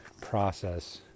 process